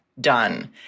done